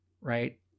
right